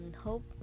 hope